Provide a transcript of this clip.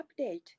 update